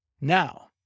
now